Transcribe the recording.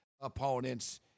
opponents